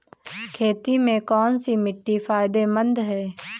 खेती में कौनसी मिट्टी फायदेमंद है?